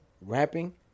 rapping